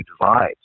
divides